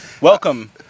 Welcome